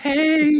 Hey